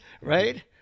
right